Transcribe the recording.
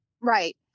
right